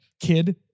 kid